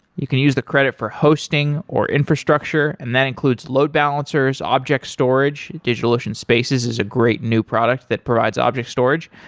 you can use the credit for hosting, or infrastructure and that includes load balancers, object storage, digitalocean spaces is a great new product that provides object storage,